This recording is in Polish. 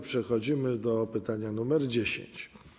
Przechodzimy do pytania nr 10.